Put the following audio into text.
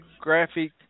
graphic